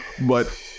But-